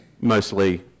mostly